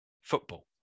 football